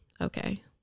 okay